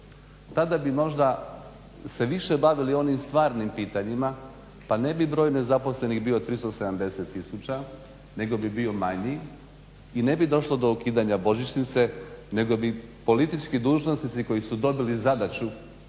Tada bi možda se više bavili onim stvarnim pitanjima pa ne bi broj nezaposlenih bio 370 tisuća nego bi bio manji i ne bi došlo do ukidanja božićnice nego bi politički dužnosnici koji su dobili zadaću